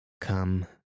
Come